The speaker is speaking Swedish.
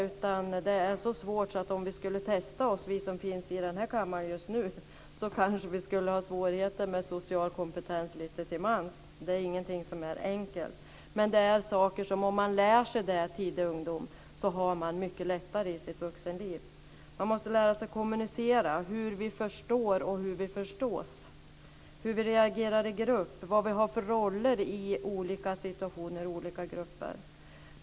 Om vi som finns i denna kammare just nu skulle testa oss skulle vi kanske märka att vi har svårigheter med social kompetens lite till mans. Det är ingenting som är enkelt. Men det är saker som man har mycket lättare för i sitt vuxenliv om man lär sig dem i tidig ungdom. Man måste lära sig att kommunicera och hur vi förstår och hur vi förstås, hur vi reagerar i grupp och vad vi har för roller i olika situationer och i olika grupper.